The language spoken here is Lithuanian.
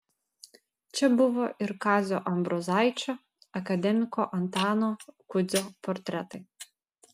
čia buvo ir kazio ambrozaičio akademiko antano kudzio portretai